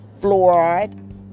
fluoride